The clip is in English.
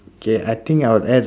okay I think I will add